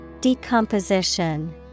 Decomposition